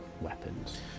weapons